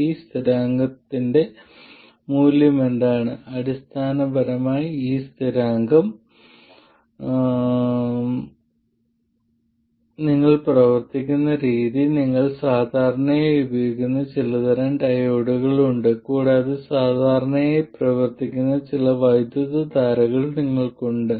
ഈ സ്ഥിരാങ്കത്തിന്റെ മൂല്യം എന്താണ് അടിസ്ഥാനപരമായി ഈ സ്ഥിരമായ മൂല്യം നിങ്ങൾ പ്രവർത്തിക്കുന്ന രീതി നിങ്ങൾ സാധാരണയായി ഉപയോഗിക്കുന്ന ചില തരം ഡയോഡുകൾ ഉണ്ട് കൂടാതെ സാധാരണയായി പ്രവർത്തിക്കുന്ന ചില വൈദ്യുതധാരകൾ നിങ്ങൾക്കുണ്ട്